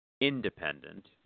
Independent